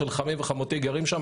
של חמי וחמותי גרים שם,